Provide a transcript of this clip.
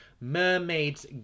Mermaid's